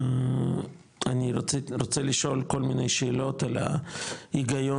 אני רוצה לשאול כל מיני שאלות על ההיגיון